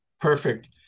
Perfect